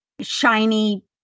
shiny